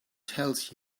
tells